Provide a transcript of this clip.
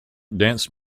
dance